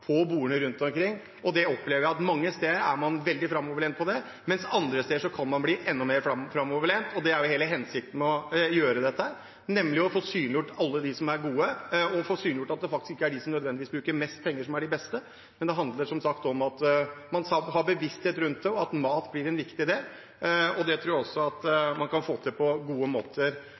på bordene rundt omkring. Jeg opplever at mange steder er man veldig framoverlent på det, mens andre steder kan man bli enda mer framoverlent. Det er jo hele hensikten med å gjøre dette, nemlig å få synliggjort alle dem som er gode, og få synliggjort at det faktisk ikke nødvendigvis er dem som bruker mest penger, som er de beste. Det handler som sagt om at man har bevissthet rundt det, og at mat blir en viktig del. Det tror jeg man kan få til på gode måter,